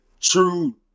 true